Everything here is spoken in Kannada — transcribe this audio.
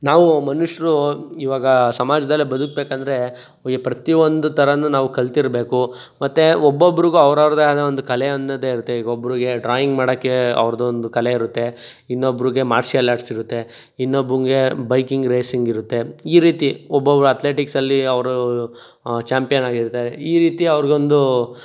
ನಾವು ಮನುಷ್ಯರು ಇವಾಗ ಸಮಾಜ್ದಲ್ಲಿ ಬದುಕಬೇಕೆಂದ್ರೆ ಈ ಪ್ರತಿ ಒಂದು ಥರನು ನಾವು ಕಲಿತಿರ್ಬೇಕು ಮತ್ತು ಒಬ್ಬೊಬ್ರಿಗೂ ಅವ್ರವ್ರದೇ ಆದ ಒಂದು ಕಲೆ ಅನ್ನೋದಿರುತ್ತೆ ಈಗ ಒಬ್ರಿಗೆ ಡ್ರಾಯಿಂಗ್ ಮಾಡೋಕ್ಕೆ ಅವ್ರದೊಂದು ಕಲೆ ಇರುತ್ತೆ ಇನ್ನೊಬ್ರಿಗೆ ಮಾರ್ಷಿಯಲ್ ಆರ್ಟ್ಸ್ ಇರುತ್ತೆ ಇನ್ನೊಬ್ನಿಗೆ ಬೈಕಿಂಗ್ ರೇಸಿಂಗ್ ಇರುತ್ತೆ ಈ ರೀತಿ ಒಬ್ಬೊಬ್ರು ಅತ್ಲೆಟಿಕ್ಸ್ ಅಲ್ಲಿ ಅವರು ಚಾಂಪಿಯನ್ ಆಗಿರ್ತಾರೆ ಈ ರೀತಿ ಅವ್ರಿಗೊಂದು